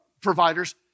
providers